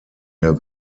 der